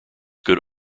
could